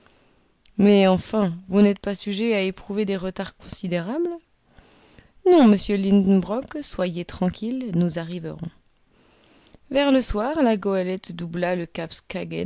mais enfin vous n'êtes pas sujet à éprouver des retards considérables non monsieur lidenbrock soyez tranquille nous arriverons vers le soir la goélette doubla le cap